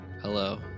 Hello